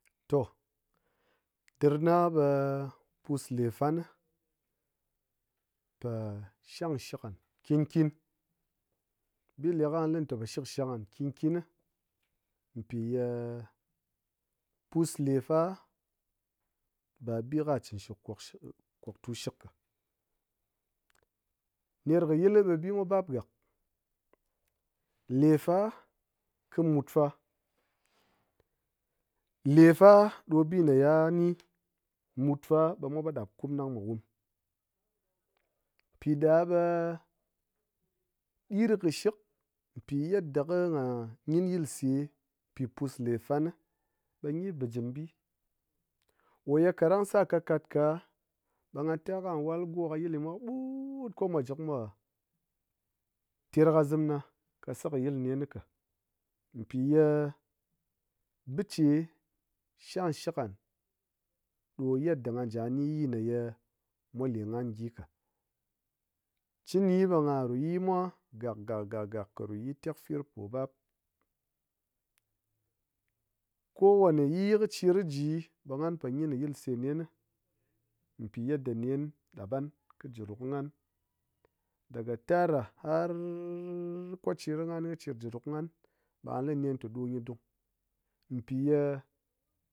To dirna ɓe pus le fan po-o shangshik nghan nkin kin bile ka lite po shangshik nghan nkin nkin ni mpi ye pus lefa ba bi ka chin shik kwaktu kɨshk ka. Nerkɨ yil ɓe bimwa bap gak, lefa kɨ mutfa, lefa ɓe bi ye ha ni ɗang mutfa ɓe mwa mat ɗap ku'um ɗang mwa wum, piɗaɓe ɗirkishik pi yedda ko ngha ngyin yilse pi pusle fan gyi bijim bi. ko ye kaɗang sa katkat ka ɓe ngha ta ko gha wal go̱ ɗin yil gyi mwa kɨɓut ko mwa ji kɨmwa terkɨzim na kɨ sakɨyil nen ka, pi ye biche shangshik nghan ɗo yetda ngha ji ngha ni yii ne ye mwa le nghan gyi ka. Chɨ ngyi ɓe ngha ru yimwa gak gak gak gak kɨ ru yi tekfir po bap, kowane yii kɨ chir kɨ ji ɓe nghan po ngyin yilse nen pi yedda nen ɗap nghan ki ji ru kɨ nghan daga tarɗa har kɨ chir kɨ ngha kɨ ji ru kɨ nghan ɓe ngha liki nen te ɗo ngyi dung mpi ye